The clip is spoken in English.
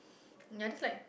ya just like